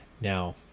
now